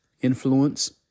influence